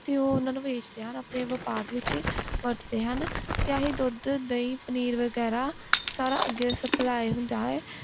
ਅਤੇ ਉਹ ਉਹਨਾਂ ਨੂੰ ਵੇਚਦੇ ਹਨ ਆਪਣੇ ਵਪਾਰ ਦੇ ਵਿੱਚ ਵਰਤਦੇ ਹਨ ਅਤੇ ਇਹੀ ਦੁੱਧ ਦਹੀਂ ਪਨੀਰ ਵਗੈਰਾ ਸਾਰਾ ਅੱਗੇ ਸਪਲਾਈ ਹੁੰਦਾ ਹੈ